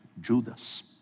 Judas